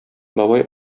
бабай